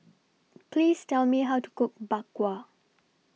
Please Tell Me How to Cook Bak Kwa